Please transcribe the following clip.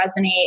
resonate